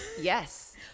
yes